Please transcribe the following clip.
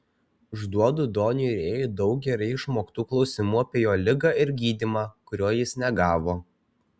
užduodu doniui rėjui daug gerai išmoktų klausimų apie jo ligą ir gydymą kurio jis negavo